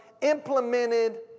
implemented